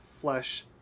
flesh